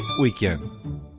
Weekend